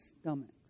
stomachs